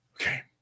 Okay